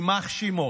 יימח שמו,